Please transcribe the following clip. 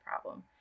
problem